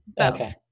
okay